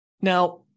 Now